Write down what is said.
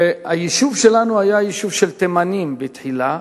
והיישוב שלנו היה יישוב של תימנים בתחילה,